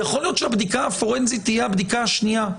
יכול להיות שהבדיקה הפורנזית תהיה הבדיקה השנייה.